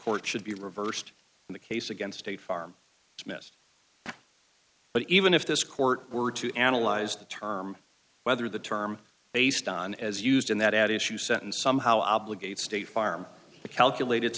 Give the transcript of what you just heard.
court should be reversed in the case against state farm but even if this court were to analyze the term whether the term based on as used in that ad issue sentence somehow obligate state farm to calculate